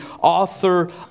author